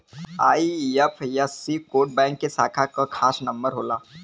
IFSC code bank के शाखा क खास नंबर होला